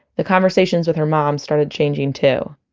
the conversations with her mom started changing too